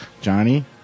Johnny